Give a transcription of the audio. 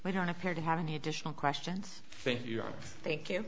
we don't appear to have any additional questions thank you thank you